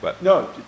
No